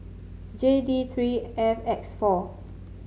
J D three F X four